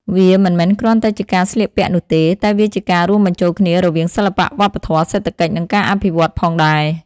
វាមិនមែនគ្រាន់តែជាការស្លៀកពាក់នោះទេ តែវាជាការរួមបញ្ចូលគ្នារវាង សិល្បៈ វប្បធម៌ សេដ្ឋកិច្ច និងការអភិវឌ្ឍ ផងដែរ។